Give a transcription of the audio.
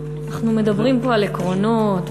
אנחנו מדברים פה על עקרונות,